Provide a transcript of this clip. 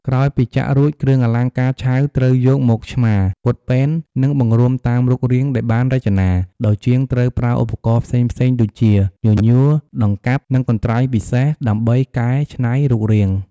ក្រោយពីចាក់រួច គ្រឿងអលង្ការឆៅត្រូវយកមកឆ្មារ ពត់ពែន និងបង្រួមតាមរូបរាងដែលបានរចនា ដោយជាងត្រូវប្រើឧបករណ៍ផ្សេងៗដូចជា ញញួរ ដង្កាប់ និងកន្ត្រៃពិសេស ដើម្បីកែច្នៃរូបរាង។